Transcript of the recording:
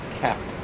captain